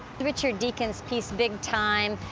richard deacon's piece, big time.